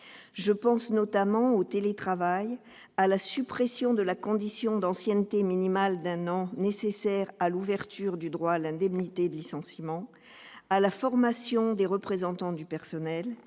Je pense notamment au télétravail, à la suppression de la condition d'ancienneté minimale d'un an nécessaire à l'ouverture du droit à l'indemnité de licenciement, à la formation des représentants du personnel,